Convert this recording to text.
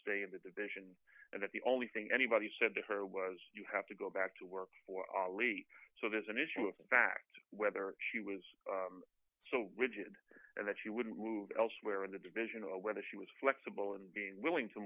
stay in the division and that the only thing anybody said to her was you have to go back to work for lee so there's an issue of the fact whether she was so rigid and that she wouldn't move elsewhere in the division or whether she was flexible and being willing to